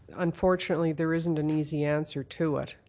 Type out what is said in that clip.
unfortunately, there isn't an easy answer to it.